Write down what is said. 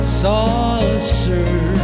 saucer